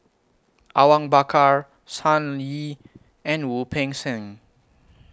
Awang Bakar Sun Yee and Wu Peng Seng